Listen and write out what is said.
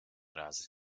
razy